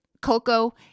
cocoa